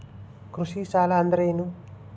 ಕೃಷಿ ಸಾಲ ಅಂದರೇನು?